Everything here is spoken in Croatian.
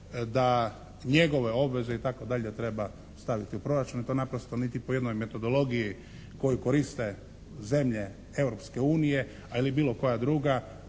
da njegove obveze itd. treba staviti u proračun. Jer to naprosto niti po jednoj metodologiji koju koriste zemlje Europske unije ili bilo koja druga